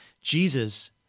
Jesus